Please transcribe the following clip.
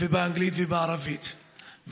ובאנגלית ובערבית,